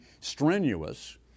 strenuous